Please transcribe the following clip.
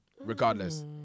regardless